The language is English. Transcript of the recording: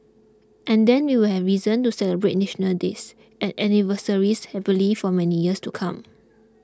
and then we'll have reason to celebrate National Days and anniversaries happily for many years to come